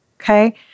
Okay